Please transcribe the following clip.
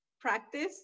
practice